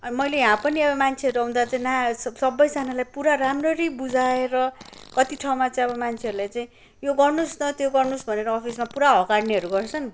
मैले यहाँ पनि मान्छेहरू आउँदा चाहिँ ना सबैजनालाई पुरा राम्ररी बुझाएर कति ठाउँमा चाहिँ अब मान्छेहरूलाई चाहिँ यो गर्नुहोस् न त्यो गर्नुहोस् भनेर अफिसमा पुरा हकार्नेहरू गर्छन्